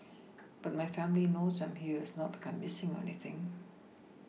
but my family knows I'm here it's not like I'm Missing or anything